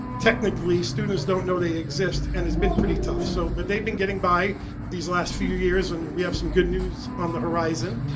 technically students don't know they exist and it's been pretty tough. so, but they've been getting by these last few years and we have some good news on the horizon.